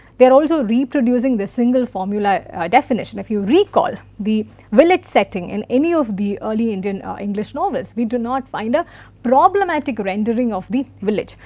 they are also reproducing the single formula definition. if you recall, the village setting in any of the early indian english novels, we do not find a problematic rendering of the village.